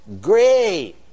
great